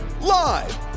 Live